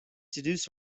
seduce